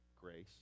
grace